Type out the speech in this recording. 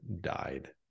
died